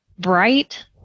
bright